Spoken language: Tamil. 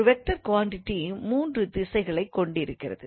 ஒரு வெக்டார் குவாண்டிட்டி மூன்று திசைகளைக் கொண்டிருக்கிறது